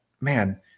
man